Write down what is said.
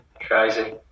crazy